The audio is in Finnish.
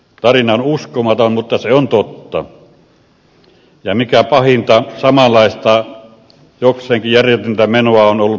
tarina on uskomaton mutta se on totta ja mikä pahinta samanlaista jokseenkin järjetöntä menoa on ollut paljonkin